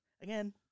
Again